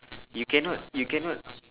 you cannot you cannot